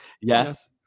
Yes